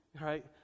Right